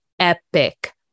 epic